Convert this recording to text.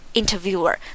interviewer